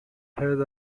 head